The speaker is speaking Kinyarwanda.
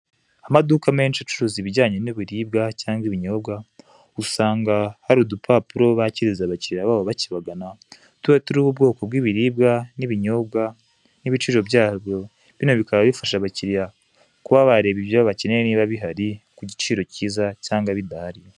Amaduka menshi acuruza ibijyanye n'ibiribwa cyangwa ibinyobwa, usanga hari udupapuro bakiriza abakiliya ba bo bakibagana, tuba turiho ubwoko bw'ibiribwa n'ibinyobwa n'ibiciro byabyo, bino bikaba bifasha abakiliya, kuba bareba ibyo bakeneye niba bihari kugiciro kiza cyangwa niba bidahari.